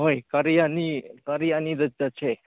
ꯍꯣꯏ ꯒꯥꯔꯤ ꯑꯅꯤ ꯒꯥꯔꯤ ꯑꯅꯤꯗ ꯆꯠꯁꯦ